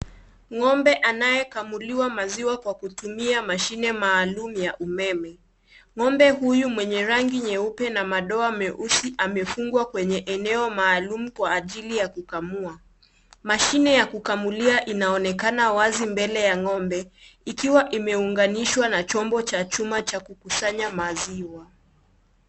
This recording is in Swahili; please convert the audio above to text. Ng'ombe anayekamuliwa maziwa kwa kutumia mashine maalum ya umeme. Ng'ombe huyu mwenye rangi meupe na madoa meusi amefungwa kwenye eneo maalum kwa ajili ya kukamua. Mashine ya kukamulia inaonekana wazi mbele ya ng'ombe, ikiwa imeunganishwa na chombo cha chuma cha kukusanya maziwa.